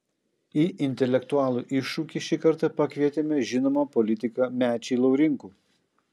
į intelektualų iššūkį šį kartą pakvietėme žinomą politiką mečį laurinkų